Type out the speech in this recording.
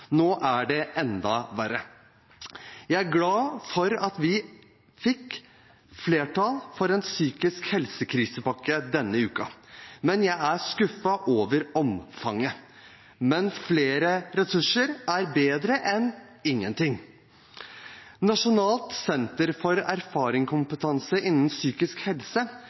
Nå er det enda verre. Jeg er glad for at vi fikk flertall for en psykisk helsekrisepakke denne uken, men jeg er skuffet over omfanget. Men flere ressurser er bedre enn ingenting. Nasjonalt senter for erfaringskompetanse innen psykisk helse